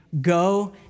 Go